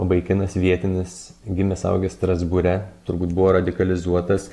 vaikinas vietinis gimęs augęs strasbūre turbūt buvo radikalizuotas